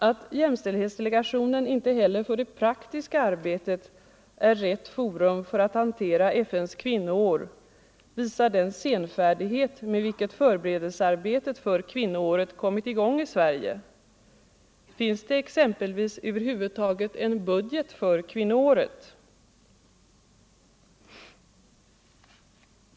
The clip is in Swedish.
Att jämställdhetsdelegationen inte heller för det praktiska arbetet är rätt forum för att hantera FN:s kvinnoår visar den senfärdighet med vilket förberedelsearbetet för kvinnoåret kommit i gång i Sverige. Finns det exempelvis över huvud taget en budget för kvinnoåret?